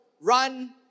run